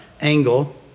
angle